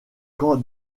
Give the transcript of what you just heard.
quand